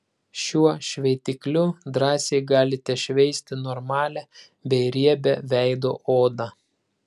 šiuo šveitikliu drąsiai galite šveisti normalią bei riebią veido odą